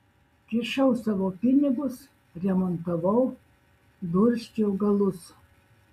kišau savo pinigus remontavau dursčiau galus